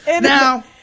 Now